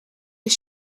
his